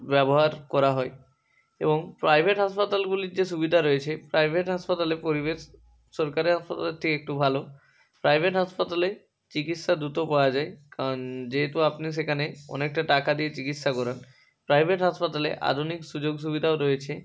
ব্যবহার করা হয় এবং প্রাইভেট হাসপাতালগুলির যে সুবিধা রয়েছে প্রাইভেট হাসপাতালে পরিবেশ সরকারি হাসপাতালের থেকে একটু ভালো প্রাইভেট হাসপাতালে চিকিৎসা দ্রুত পাওয়া যায় কারণ যেহেতু আপনি সেকানে অনেকটা টাকা দিয়ে চিকিৎসা করান প্রাইভেট হাসপাতালে আধুনিক সুযোগ সুবিধাও রয়েছে